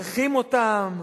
צריכים אותם.